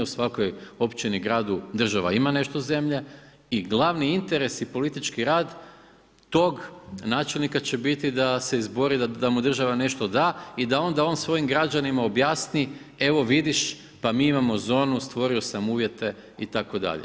U svakoj općini, gradu država ima nešto zemlje i glavni interes politički rad tog načelnika će biti da se izbori da mu država nešto da i da onda on svojim građanima objasni evo vidiš pa mi imamo zonu, stvorio sam uvjete itd.